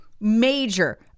major